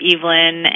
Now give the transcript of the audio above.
Evelyn